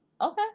Okay